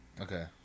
Okay